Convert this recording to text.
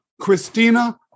Christina